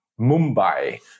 Mumbai